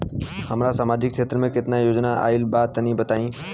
हमरा समाजिक क्षेत्र में केतना योजना आइल बा तनि बताईं?